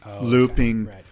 looping